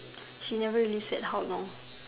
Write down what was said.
she never said how long